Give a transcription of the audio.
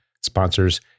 sponsors